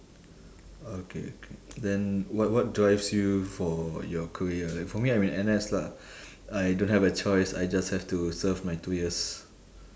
okay okay then what what drives you for your career like for me I'm in N_S lah I don't have a choice I just have to serve my two years